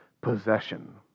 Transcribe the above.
possession